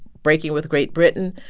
breaking with great britain,